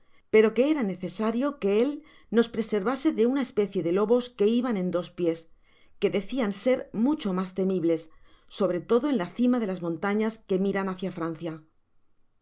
pero que era necesario que él nos preservase de una especie de lobos que iban en dos pies que decían ser mucho mas temibles sobre todo en la cima de las montañas que miran hacia francia